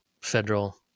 federal